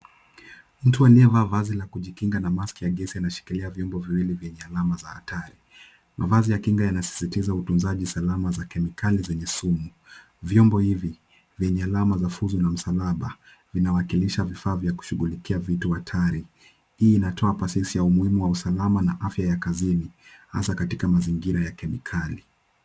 Mtu aliyevaa vazi la kijikinga na maski ya gesi anashikilia vyombo viwili vyenye alama za hatari, mavazi ya kinga yanasisitiza utunzaji salama wa kemikali zenye sumu, vyombo hivi vyenye alama ya fuzu na msalaba vinawakilisha vifaa vya kushughulikia vitu hatari, hii inatoa bashishi ya umuhimu wa salama na afya ya kazini hasa katika mazingira ya kemikali.